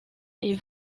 est